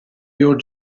your